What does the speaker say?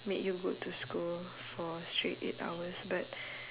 make you go to school for straight eight hours but